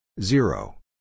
Zero